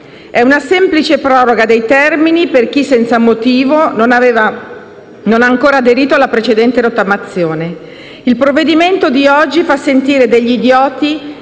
È una semplice proroga dei termini per chi, senza motivo, non ha ancora aderito alla precedente rottamazione. Il provvedimento di oggi fa sentire degli idioti